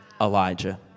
Elijah